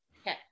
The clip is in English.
Okay